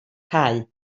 cau